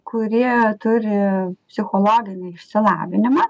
kuri turi psichologinį išsilavinimą